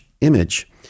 Image